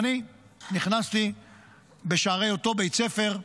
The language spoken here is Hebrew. נכנסתי בשערי אותו בית ספר.